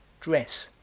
dress,